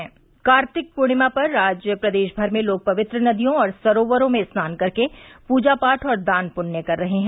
लखनऊ समाचार कार्तिक पूर्णिमा पर आज प्रदेश भर में लोग पवित्र नदियों और सरोवरो में स्नान कर के पूजा पाठ और दान पृण्य कर रहे हैं